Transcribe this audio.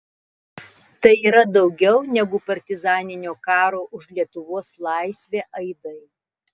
tai yra daugiau negu partizaninio karo už lietuvos laisvę aidai